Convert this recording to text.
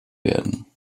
werden